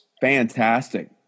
Fantastic